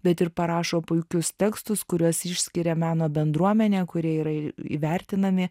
bet ir parašo puikius tekstus kuriuos išskiria meno bendruomenė kurie yra įvertinami